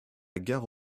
gare